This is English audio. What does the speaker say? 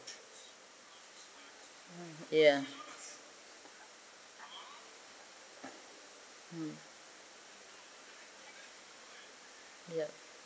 yeah mm yup